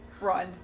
Run